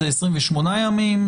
אם זה 28 ימים,